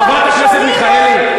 חברת הכנסת מיכאלי,